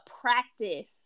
practice